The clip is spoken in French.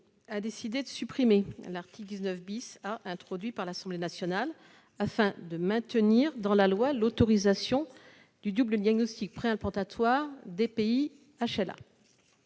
a décidé de supprimer l'article 19 A, introduit par l'Assemblée nationale, afin de maintenir dans la loi l'autorisation du double diagnostic préimplantatoire DPI-HLA.